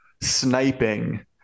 sniping